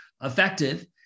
effective